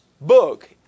book